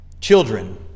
Children